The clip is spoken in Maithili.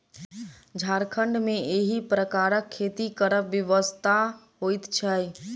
झारखण्ड मे एहि प्रकारक खेती करब विवशता होइत छै